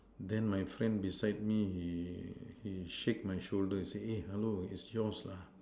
then my friend beside me he shake my shoulder say eh hello it's yours lah